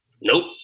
Nope